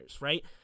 right